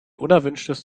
unerwünschtes